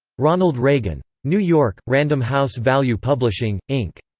ronald reagan. new york random house value publishing, inc.